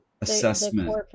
assessment